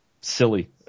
silly